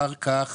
אחר כך